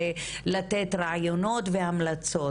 זה לתת רעיונות והמלצות,